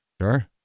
Sure